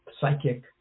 psychic